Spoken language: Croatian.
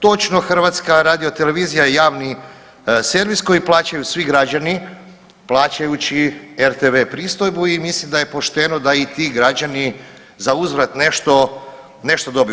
Točno, HRT je javni servis koji plaćaju svi građani plaćajući RTV pristojbu i mislim da je pošteno da i ti građani zauzvrat nešto, nešto dobiju.